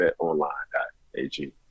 betonline.ag